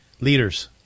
Leaders